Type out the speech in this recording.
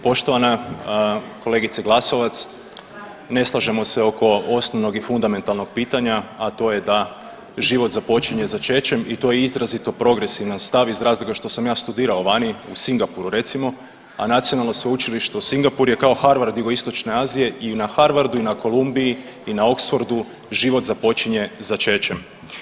Poštovana kolegice Glasovac, ne slažemo se oko osnovnog i fundamentalnog pitanja, a to je da život započinje začećem i to je izrazito progresivan stav iz razloga što sam ja studirao vani u Singapuru recimo, a Nacionalno sveučilište u Singapuru je kao Harvard Jugoistočne Azije i na Harvardu i na Columbiji i na Oxfordu život započinje začećem.